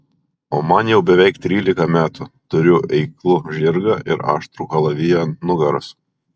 o man jau beveik trylika metų turiu eiklų žirgą ir aštrų kalaviją ant nugaros